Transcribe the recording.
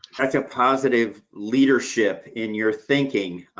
like a positive leadership in your thinking.